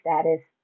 status